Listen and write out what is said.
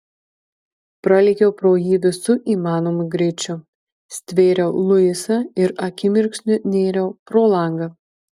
pralėkiau pro jį visu įmanomu greičiu stvėriau luisą ir akimirksniu nėriau pro langą